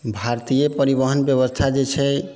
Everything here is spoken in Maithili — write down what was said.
भारतीय परिवहन व्यवस्था जे छै